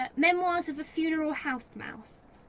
ah memoirs of a funeral house mouse.